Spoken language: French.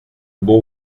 bon